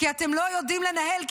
כי אתם לא יודעים לנהל,